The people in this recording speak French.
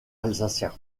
alsaciens